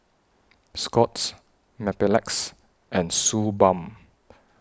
Scott's Mepilex and Suu Balm